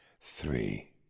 Three